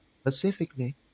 Specifically